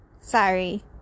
Sorry